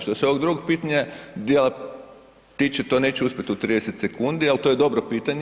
Što se ovog drugog pitanja, dijela tiče to neću uspjeti u 30 sekundi, ali to je dobro pitanje.